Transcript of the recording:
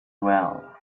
well